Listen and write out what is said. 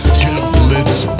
templates